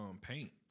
paint